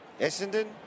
essendon